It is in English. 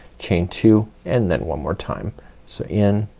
chain two and then one more time. so in,